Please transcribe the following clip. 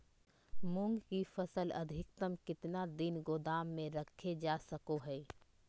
मूंग की फसल अधिकतम कितना दिन गोदाम में रखे जा सको हय?